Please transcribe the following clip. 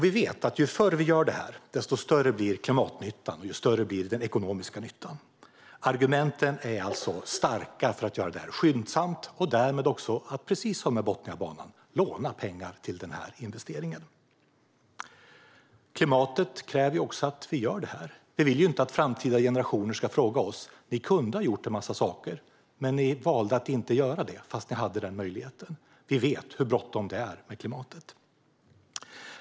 Vi vet att ju förr vi gör detta, desto större blir klimatnyttan och den ekonomiska nyttan. Argumenten är alltså starka för att göra det skyndsamt och därmed också precis som med Botniabanan låna pengar till investeringen. Klimatet kräver också att vi gör detta. Vi vill ju inte att framtida generationer ska säga oss: Ni kunde ha gjort en massa saker, men ni valde att inte göra det fast ni hade den möjligheten. Vi vet hur bråttom det är med klimatet.